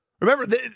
Remember